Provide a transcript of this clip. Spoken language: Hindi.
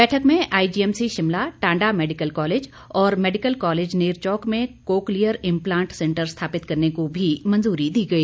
बैठक में IGMC Shimla Tanda medical college और मेडिकल कॉलेज नेरचौक में कोकलीयर इम्पलांट सेंटर स्थापित करने को भी मंजूरी दी गई